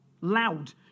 loud